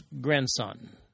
grandson